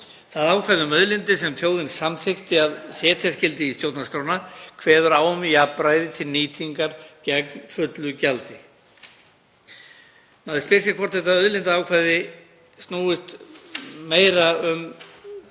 Það ákvæði um auðlindir sem þjóðin samþykkti að setja skyldi í stjórnarskrána kveður á um jafnræði til nýtingar gegn fullu gjaldi. Maður spyr sig hvort þetta auðlindaákvæði snúist meira um